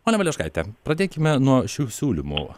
ponia valeškaite pradėkime nuo šių siūlymų